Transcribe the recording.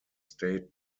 stayed